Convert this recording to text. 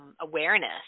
awareness